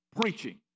preaching